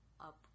up